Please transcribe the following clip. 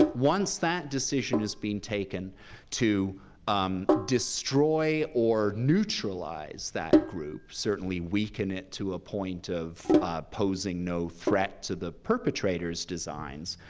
once that decision has been taken to destroy or neutralize that group, certainly weaken it to a point of posing no threat to the perpetrator's designs,